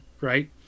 right